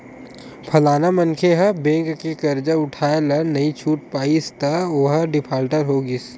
फलाना मनखे ह बेंक के करजा उठाय ल नइ छूट पाइस त ओहा डिफाल्टर हो गिस